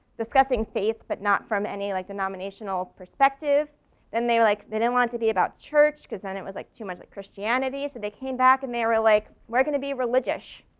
discussing faith but not from any like denominational perspective then they were like they didn't want to be about church because then it was like too much like christianity. so they came back and they were like, we're going to be religious.